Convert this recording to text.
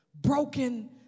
Broken